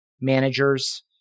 managers